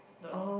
don't know